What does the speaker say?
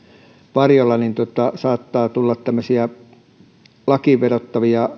varjolla saattaa tulla lakiin vedoten